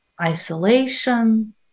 isolation